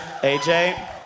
aj